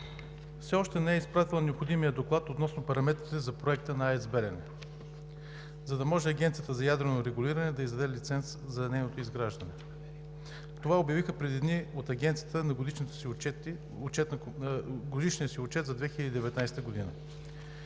все още не е изпратила необходимия доклад относно параметрите за Проекта АЕЦ „Белене“, за да може Агенцията за ядрено регулиране да издаде лиценз за нейното изграждане. Това обявиха преди дни от Агенцията в Годишния си отчет за 2019 г.